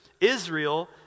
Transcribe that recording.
Israel